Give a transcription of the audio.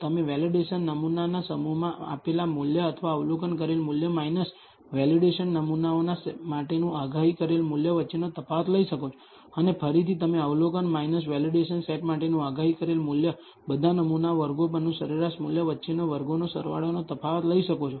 તમે વેલિડેશન નમૂનાના સમૂહમાં માપેલા મૂલ્ય અથવા અવલોકન કરેલ મૂલ્ય વેલિડેશન નમૂનાઓ માટેનું આગાહી કરેલ મૂલ્ય વચ્ચેનો તફાવત લઈ શકો છો અને ફરીથી તમે અવલોકન વેલિડેશન સેટ માટેનું આગાહી કરેલ મૂલ્ય બધા નમૂનાઓ વર્ગો પરનું સરેરાશ મૂલ્ય વચ્ચેનો વર્ગોનો સરવાળાનો તફાવત લઈ શકો છો